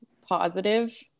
positive